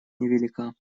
невелика